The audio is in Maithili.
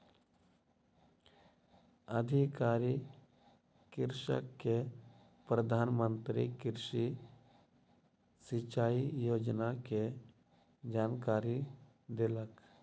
अधिकारी कृषक के प्रधान मंत्री कृषि सिचाई योजना के जानकारी देलक